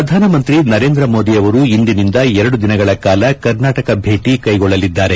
ಪ್ರಧಾನಮಂತ್ರಿ ನರೇಂದ್ರ ಮೋದಿ ಅವರು ಇಂದಿನಿಂದ ಎರಡು ದಿನಗಳ ಕಾಲ ಕರ್ನಾಟಕ ಭೇಟಿ ಕೈಗೊಳ್ಳಲಿದ್ದಾರೆ